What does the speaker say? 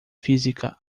física